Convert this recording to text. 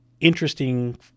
interesting